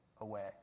away